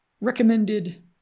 Recommended